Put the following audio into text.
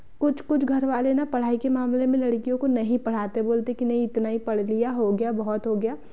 कुछ कुछ घरवाले न पढ़ाई के मामले में लड़कियों को नहीं पढ़ाते बोलते कि नहीं इतना ही पढ़ लिया हो गया बहुत हो गया